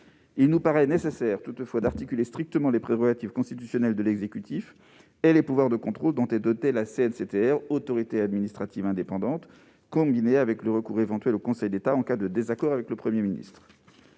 il nous paraît nécessaire d'articuler strictement les prérogatives constitutionnelles de l'exécutif et les pouvoirs de contrôle dont est dotée la CNCTR- autorité administrative indépendante -, combinés avec le recours éventuel au Conseil d'État en cas de désaccord avec le Premier ministre.